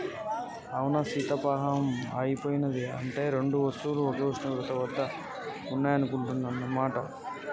అవునా సీత పవాహం ఆగిపోయినది అంటే రెండు వస్తువులు ఒకే ఉష్ణోగ్రత వద్ద ఉన్నాయన్న మాట